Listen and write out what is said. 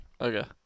Okay